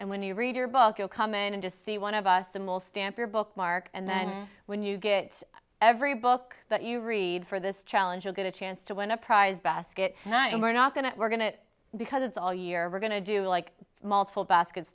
and when you read her book you'll come in and just see one of us them will stamp your bookmark and then when you get every book that you read for this challenge you'll get a chance to win a prize basket and we're not going to we're going to it because it's all year we're going to do like multiple baskets